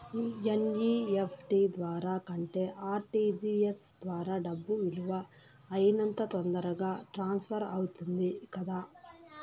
NEFT ద్వారా కంటే RTGS ద్వారా డబ్బు వీలు అయినంత తొందరగా ట్రాన్స్ఫర్ అవుతుంది కదా